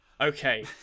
Okay